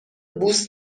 بوس